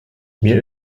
mir